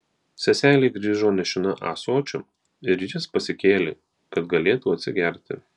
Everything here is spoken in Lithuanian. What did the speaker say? seselė grįžo nešina ąsočiu ir jis pasikėlė kad galėtų atsigerti